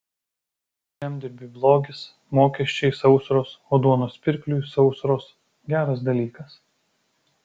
žemdirbiui blogis mokesčiai sausros o duonos pirkliui sausros geras dalykas